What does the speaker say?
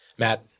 Matt